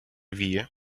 віє